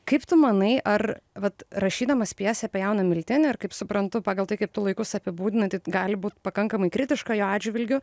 kaip tu manai ar vat rašydamas pjesę apie jauną miltinį ir kaip suprantu pagal tai kaip tu laikus apibūdinai tai gali būt pakankamai kritiška jo atžvilgiu